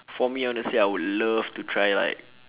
for me honestly I would love to try like